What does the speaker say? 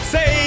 Say